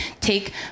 take